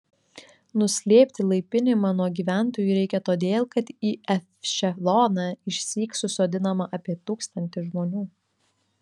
nuslėpti laipinimą nuo gyventojų reikia todėl kad į ešeloną išsyk susodinama apie tūkstantį žmonių